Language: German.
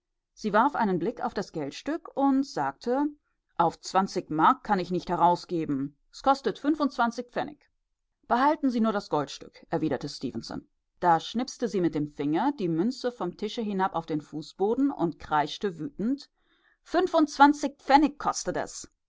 sie warf einen blick auf das geldstück und sagte auf zwanzig mark kann ich nicht herausgeben es kostet fünfundzwanzig pfennig behalten sie nur das goldstück erwiderte stefenson da schnipste sie mit dem finger die münze vom tische hinab auf den fußboden und kreischte wütend fünfundzwanzig pfennig kostet es